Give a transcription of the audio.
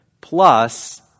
plus